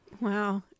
Wow